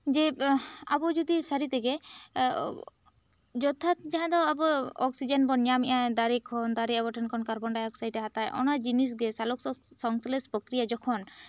ᱡᱮ ᱟᱵᱚ ᱡᱩᱫᱤ ᱥᱟᱹᱨᱤ ᱛᱮᱜᱮ ᱡᱚᱛᱷᱟᱛ ᱡᱟᱦᱟᱸ ᱫᱚ ᱟᱵᱚ ᱚᱠᱥᱤᱡᱮᱱ ᱵᱚᱱ ᱧᱟᱢ ᱮᱫᱼᱟ ᱫᱟᱨᱮ ᱠᱷᱚᱱ ᱫᱟᱨᱮ ᱟᱵᱚ ᱠᱷᱚᱱ ᱠᱟᱨᱵᱚᱱᱰᱟᱭ ᱚᱠᱥᱟᱭᱤᱰ ᱮ ᱦᱟᱛᱟᱣᱮᱫᱼᱟ ᱚᱱᱟ ᱡᱤᱱᱤᱥ ᱜᱮ ᱥᱟᱞᱳᱠᱥᱚᱝᱥᱞᱮᱥ ᱯᱚᱠᱨᱤᱭᱟ ᱡᱚᱠᱷᱚᱱ